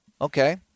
Okay